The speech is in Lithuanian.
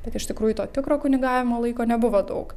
bet iš tikrųjų to tikro kunigavimo laiko nebuvo daug